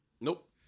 Nope